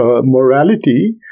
morality